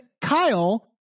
Kyle